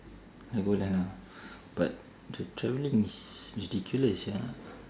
legoland ah but the traveling is ridiculous sia